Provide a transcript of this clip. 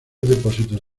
depósitos